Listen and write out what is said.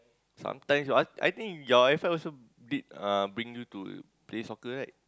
sometimes I I think your F_I also did uh bring you to play soccer right